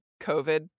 covid